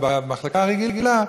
במחלקה הרגילה,